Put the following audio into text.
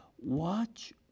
watch